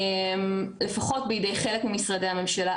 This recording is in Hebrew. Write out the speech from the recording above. לפחות בידי חלק ממשרדי הממשלה,